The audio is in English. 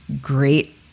great